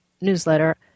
newsletter